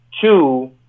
two